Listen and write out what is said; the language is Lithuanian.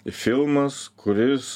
filmas kuris